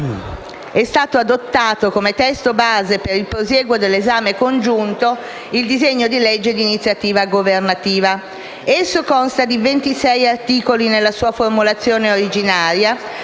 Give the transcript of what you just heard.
è stato adottato come testo base per il prosieguo dell'esame congiunto il disegno di legge d'iniziativa governativa. Esso consta di 26 articoli, nella sua formulazione originaria,